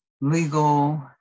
legal